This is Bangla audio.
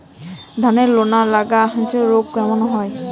ধানের লোনা লাগা রোগ কেন হয়?